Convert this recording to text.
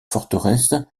forteresse